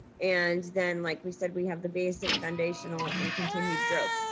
and then like we said we have the basic foundational and continued growth.